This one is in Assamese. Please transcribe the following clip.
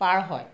পাৰ হয়